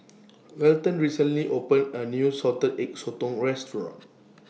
Welton recently opened A New Salted Egg Sotong Restaurant